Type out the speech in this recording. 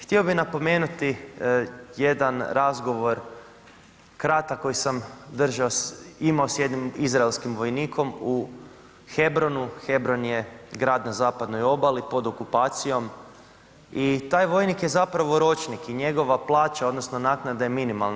Htio bi napomenuti jedan razgovor kratak koji sam držao, imao s jednim izraelskim vojnikom u Hebronu, Hebron je grad na zapadnoj obali, pod okupacijom i taj vojnik je zapravo ročnik i njegova plaća odnosno naknada je minimalna.